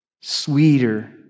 sweeter